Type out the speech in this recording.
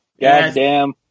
goddamn